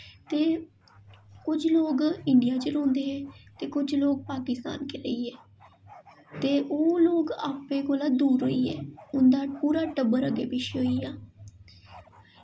ते कुछ लोग इंडिया च रौंह्दे हे ते कुछ लोग पाकिस्तान गै रेही गे ते ओह् लोग अपने कोला दूर होई गे उं'दा पूरा टब्बर अग्गें पिच्छें होई गेआ